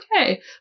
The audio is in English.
okay